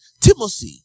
timothy